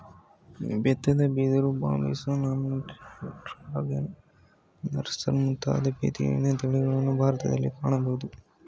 ಬೆತ್ತದ ಬಿದಿರು, ಬಾಂಬುಸ, ನಾನಾ, ಬೆರ್ರಿ, ಡ್ರ್ಯಾಗನ್, ನರ್ಬಾಸ್ ಮುಂತಾದ ಬಿದಿರಿನ ತಳಿಗಳನ್ನು ಭಾರತದಲ್ಲಿ ಕಾಣಬೋದು